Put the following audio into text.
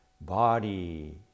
body